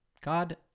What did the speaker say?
God